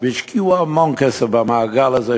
והשקיעו המון כסף במעגל הזה,